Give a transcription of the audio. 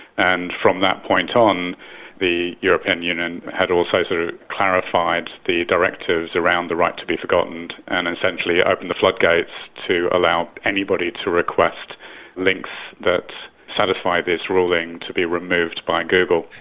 and from that point on the european union had also clarified the directives around the right to be forgotten, and and essentially opened the floodgates to allow anybody to request links that satisfy this ruling to be removed by google.